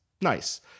nice